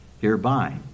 hereby